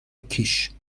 کیش